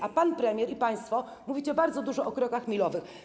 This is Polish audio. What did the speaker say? A pan premier i państwo mówicie bardzo dużo o krokach milowych.